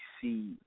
see